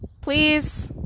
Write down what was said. please